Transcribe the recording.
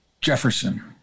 Jefferson